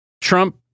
Trump